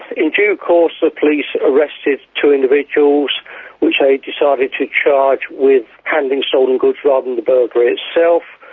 in due course the police arrested two individuals which they decided to charge with handling stolen goods rather than the burglary itself.